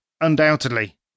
undoubtedly